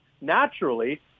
naturally